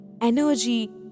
energy